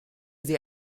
sie